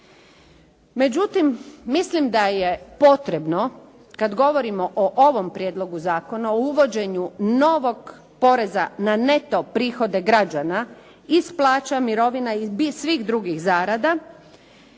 Međutim, mislim da je potrebno kad govorimo o ovom prijedlogu zakona o uvođenju novog poreza na neto prihode građana iz plaća, mirovina i svih drugih zarada,